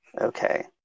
Okay